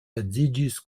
edziĝis